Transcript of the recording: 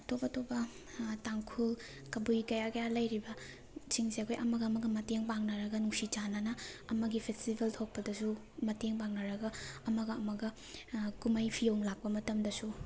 ꯑꯇꯣꯞ ꯑꯇꯣꯞꯄ ꯇꯥꯡꯈꯨꯜ ꯀꯕꯨꯏ ꯀꯌꯥ ꯀꯌꯥ ꯂꯩꯔꯤꯕꯁꯤꯡꯁꯦ ꯑꯩꯈꯣꯏ ꯑꯃꯒ ꯑꯃꯒ ꯃꯇꯦꯡ ꯄꯥꯡꯅꯔꯒ ꯅꯨꯡꯁꯤ ꯆꯥꯟꯅꯅ ꯑꯃꯒꯤ ꯐꯦꯁꯇꯤꯕꯦꯜ ꯊꯣꯛꯄꯗꯁꯨ ꯃꯇꯦꯡ ꯄꯥꯡꯅꯔꯒ ꯑꯃꯒ ꯑꯃꯒ ꯀꯨꯝꯍꯩ ꯐꯤꯌꯣꯡ ꯂꯥꯛꯄ ꯃꯇꯝꯗꯁꯨ